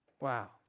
Wow